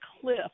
cliff